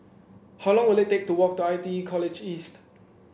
how long will it take to walk to I T E College East